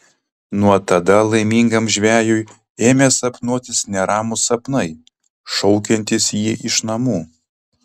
nuo tada laimingam žvejui ėmė sapnuotis neramūs sapnai šaukiantys jį iš namų